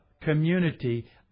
community